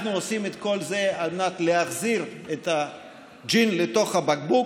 אנחנו עושים את כל זה על מנת להחזיר את הג'יני לתוך הבקבוק,